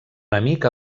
enemic